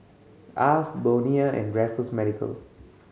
Alf Bonia and Raffles Medical